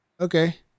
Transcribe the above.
Okay